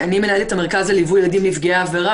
אני מנהלת המרכז לליווי ילדים נפגעי עבירה,